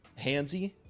handsy